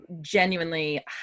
genuinely